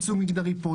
ייצוג מגדרי פה,